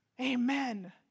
Amen